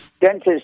dentist